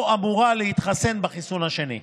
להתחסן בחיסון השני.